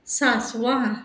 सांसवां